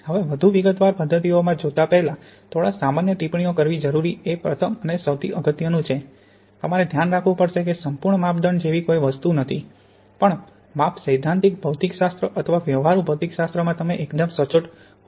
હવે વધુ વિગતવાર પદ્ધતિઓમાં જોતાં પહેલાં થોડા સામાન્ય ટિપ્પણીઓ કરવી જરૂરી એ પ્રથમ અને સૌથી અગત્યનું છે તમારે ધ્યાન રાખવું પડશે કે સંપૂર્ણ માપદંડ જેવી કોઈ વસ્તુ નથી પણ માપ સૈદ્ધાંતિક ભૌતિકશાસ્ત્ર અથવા વ્યવહારુ ભૌતિકશાસ્ત્ર માં તમે એકદમ સચોટ હોઈ શકો છો